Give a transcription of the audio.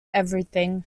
everything